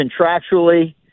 contractually